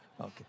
Okay